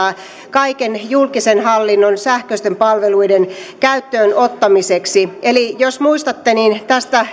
kaiken julkisen hallinnon sähköisten palveluiden käyttöön ottamiseksi eli jos muistatte niin